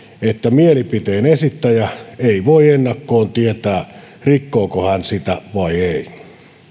että mielipiteen esittäjä ei voi ennakkoon tietää rikkooko hän sitä vai ei